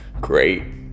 great